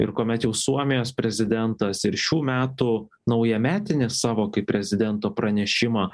ir kuomet jau suomijos prezidentas ir šių metų naujametinį savo kaip prezidento pranešimą